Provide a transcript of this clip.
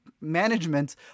management